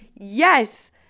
yes